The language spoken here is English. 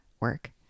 work